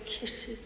kisses